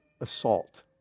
assault